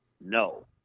no